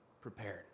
prepared